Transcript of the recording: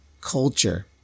culture